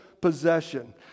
possession